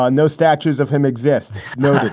ah no statues of him exist. no.